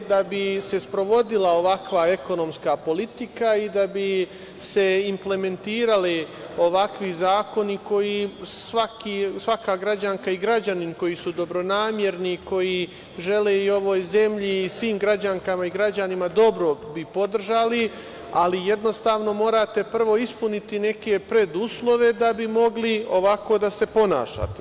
Da bi se sprovodila ovakva ekonomska politika i da bi se implementirali ovakvi zakoni, svaka gađanka i građanin koji su dobronamerni i koji žele ovoj zemlji i svim građankama i građanima dobro bi podržali, ali jednostavno morate prvo ispuniti neke preduslove da bi mogli ovako da se ponašate.